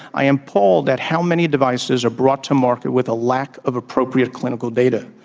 i am appalled at how many devices are brought to market with a lack of appropriate clinical data.